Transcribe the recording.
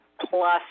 plus